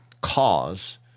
cause